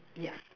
ya